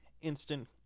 instant